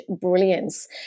brilliance